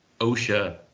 OSHA